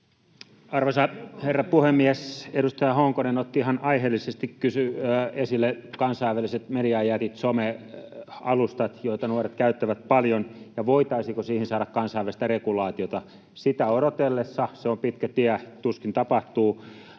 Arvoisa herra puhemies! Edustaja Honkonen otti ihan aiheellisesti esille kansainväliset mediajätit, somealustat, joita nuoret käyttävät paljon, ja sen, voitaisiinko siihen saada kansainvälistä regulaatiota. Sitä odotellessa. Se on pitkä tie, tuskin tapahtuu.